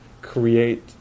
create